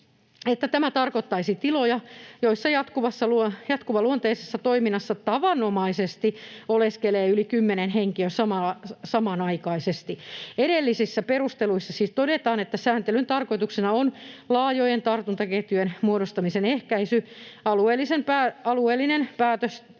tämä tarkoittaisi tiloja, joissa jatkuvaluonteisessa toiminnassa tavanomaisesti oleskelee yli 10 henkilöä samanaikaisesti. Edelleen perusteluissa siis todetaan, että sääntelyn tarkoituksena on laajojen tartuntaketjujen muodostumisen ehkäisy. Alueellinen päätös